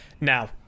Now